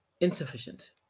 Insufficient